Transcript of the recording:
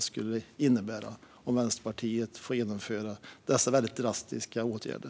Vad skulle det innebära om Vänsterpartiet får genomföra dessa väldigt drastiska åtgärder?